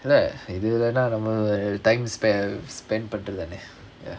இல்ல இது இல்லனா நம்ம:illa ithu illanaa namma time spent பண்றது தானே:pandrathu thanae